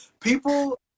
People